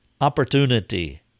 opportunity